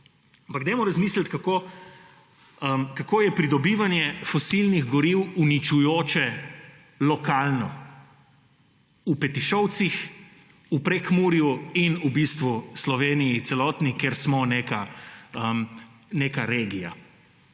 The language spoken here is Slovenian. Ampak razmislimo, kako je pridobivanje fosilnih goriv uničujoče lokalno v Petišovcih, v Prekmurju in v bistvu Sloveniji celotni, ker smo neka regija.